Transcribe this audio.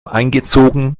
eingezogen